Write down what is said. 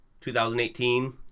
2018